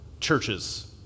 churches